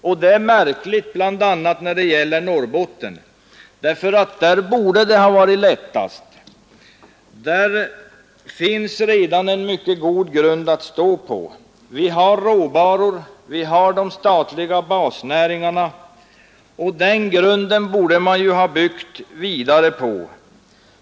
Och det är märkligt, bl.a. när det gäller Norrbotten, därför att det borde ha varit lättast att etablera industrier där; det finns redan en mycket god grund — vi har råvaror och vi har de statliga basnäringarna — som man borde ha byggt vidare på.